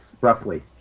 roughly